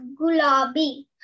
Gulabi